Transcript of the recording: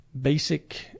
basic